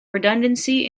redundancy